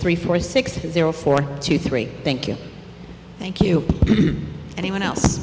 three four six zero four two three thank you thank you anyone else